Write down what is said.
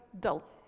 dull